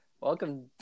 Welcome